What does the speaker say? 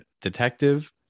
detective